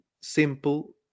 simple